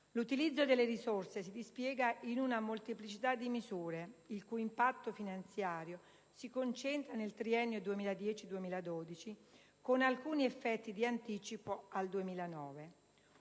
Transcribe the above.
«L'utilizzo delle risorse si dispiega in una molteplicità di misure, il cui impatto finanziario si concentra nel triennio 2010-2012, con alcuni effetti di anticipo al 2009.